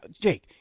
Jake